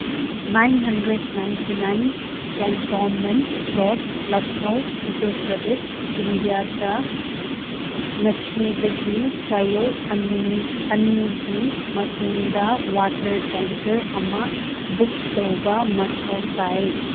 nine hundred ninety nine cantonment road Lucknow Uttar Pradesh ꯏꯟꯗꯤꯌꯥꯗ ꯉꯁꯤꯗꯒꯤ ꯆꯌꯣꯜ ꯑꯅꯤ ꯑꯅꯤꯒꯤ ꯃꯇꯨꯡꯗ ꯋꯥꯇꯔ ꯇꯦꯡꯀꯔ ꯑꯃ ꯕꯨꯛ ꯇꯧꯕ ꯃꯊꯧ ꯇꯥꯏꯌꯦ